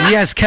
Yes